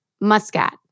Muscat